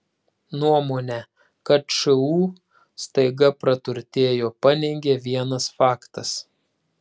nuomonę kad šu staiga praturtėjo paneigė vienas faktas